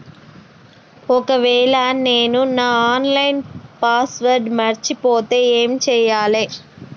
ఒకవేళ నేను నా ఆన్ లైన్ పాస్వర్డ్ మర్చిపోతే ఏం చేయాలే?